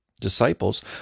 disciples